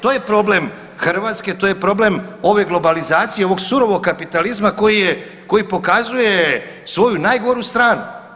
To je problem Hrvatske, to je problem ove globalizacije ovog surovog kapitalizma koji pokazuje svoju najgoru stranu.